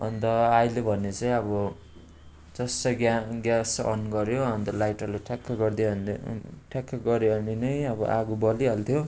अन्त अहिले भने चाहिँ अब चस्स ग्या ग्यास अन गर्यो अन्त लाइटरले ठ्याक्क गरिदियो हानिदियो ठ्याक्कै गरिहाल्ने नै अब आगो बलिहाल्थ्यो